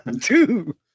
Two